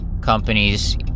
companies